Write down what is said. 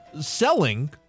selling